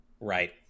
right